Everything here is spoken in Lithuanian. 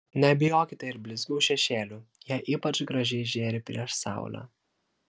nebijokite ir blizgių šešėlių jie ypač gražiai žėri prieš saulę